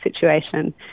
situation